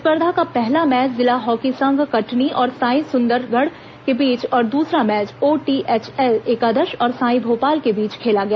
स्पर्धा का पहला मैच जिला हॉकी संघ कटनी और साई सुंदरगढ़ के बीच और दूसरा मैच ओटीएचएल एकादश और साई भोपाल के बीच खेला गया